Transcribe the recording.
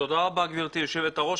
תודה רבה, גברתי יושבת הראש.